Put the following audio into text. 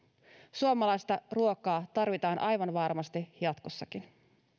suomalaista ruokaa tarvitaan aivan varmasti jatkossakin